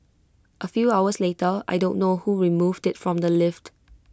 A few hours later I don't know who removed IT from the lift